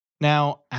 Now